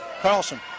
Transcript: Carlson